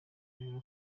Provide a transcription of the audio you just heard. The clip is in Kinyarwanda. ngombwa